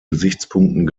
gesichtspunkten